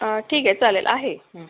ठीक आहे चालेल आहे